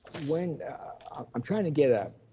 when i'm trying to get um